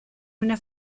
una